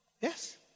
Yes